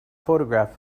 photograph